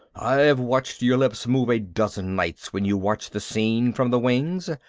i've watched your lips move a dozen nights when you watched the scene from the wings.